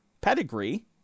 pedigree